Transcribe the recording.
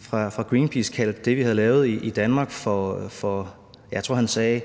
for Greenpeace kaldte det, vi havde lavet i Danmark, for – jeg tror, han sagde: